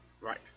Right